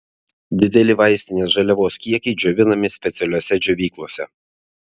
dideli vaistinės žaliavos kiekiai džiovinami specialiose džiovyklose